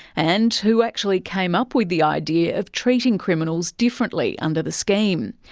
and who actually came up with the idea of treating criminals differently under the scheme.